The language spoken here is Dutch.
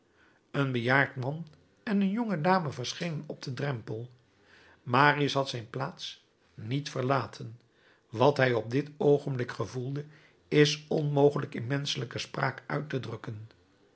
een bejaard man en een jonge dame verschenen op den drempel marius had zijn plaats niet verlaten wat hij op dit oogenblik gevoelde is onmogelijk in menschelijke spraak uit te drukken